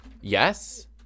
Yes